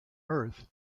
earth